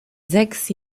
sechs